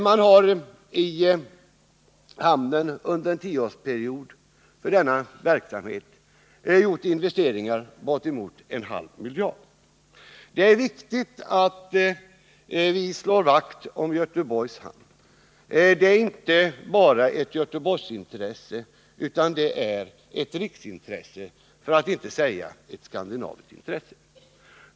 Under en tioårsperiod har investeringar för denna verksamhet gjorts med bortemot en halv miljard. Det är viktigt att vi slår vakt om Göteborgs hamn. Det är inte bara ett Göteborgsintresse, utan det är ett riksintresse för att inte säga ett skandinaviskt intresse.